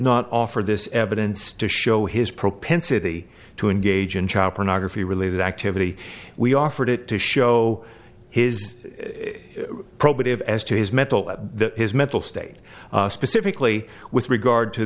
not offer this evidence to show his propensity to engage in child pornography related activity we offered it to show his probative as to his mental and the his mental state specifically with regard to